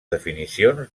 definicions